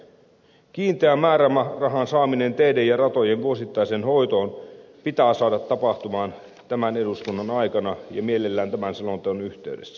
kiinteän määrärahan saaminen teiden ja ratojen vuosittaiseen hoitoon pitää saada tapahtumaan tämän eduskunnan aikana ja mielellään tämän selonteon yhteydessä